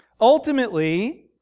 ultimately